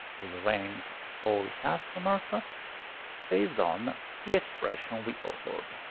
we rank all customers ah based on the expression we authored.